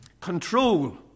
control